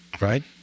right